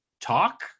talk